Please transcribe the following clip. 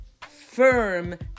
firm